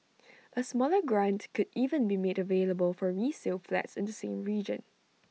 A smaller grant could even be made available for resale flats in the same region